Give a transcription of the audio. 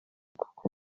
kuko